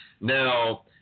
Now